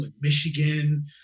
Michigan